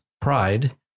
pride